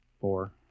Four